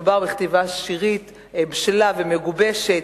מדובר בכתיבה שירית בשלה ומגובשת,